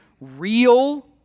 real